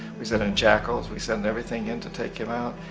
we sent in jackals, we sent everything in to take him out.